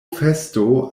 festo